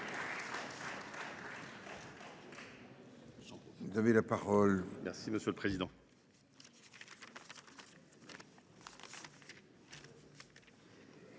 vous avez la parole.